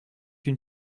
une